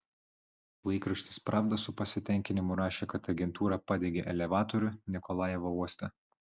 laikraštis pravda su pasitenkinimu rašė kad agentūra padegė elevatorių nikolajevo uoste